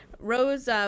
Rose